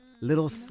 Little